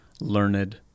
learned